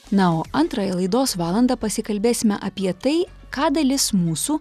na o antrąją laidos valandą pasikalbėsime apie tai ką dalis mūsų